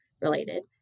related